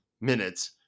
minutes